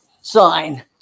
sign